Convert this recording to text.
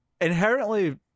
inherently